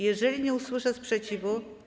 Jeżeli nie usłyszę sprzeciwu.